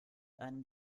einem